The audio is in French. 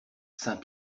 saint